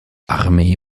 armee